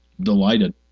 delighted